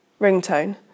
ringtone